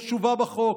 יש תשובה בחוק,